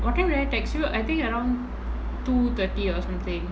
what time did I text you I think around two thirty or something